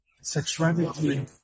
sexuality